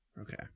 Okay